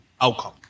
outcome